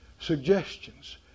suggestions